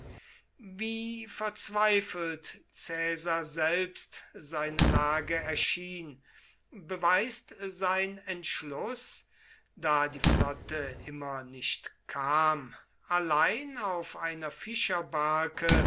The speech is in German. wie verzweifelt caesar selbst seine lage erschien beweist sein entschluß da die flotte immer nicht kam allein auf einer fischerbarke